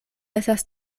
estas